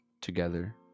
together